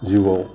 जिउआव